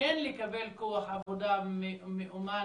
כן לקבל כוח עבודה מאומן